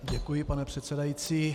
Děkuji, pane předsedající.